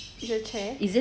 it's a chair